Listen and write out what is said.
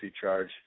charge